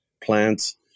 plants